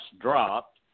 dropped